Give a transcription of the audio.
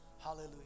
Hallelujah